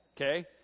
Okay